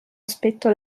aspetto